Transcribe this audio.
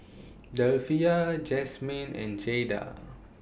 Delphia Jasmin and Jaida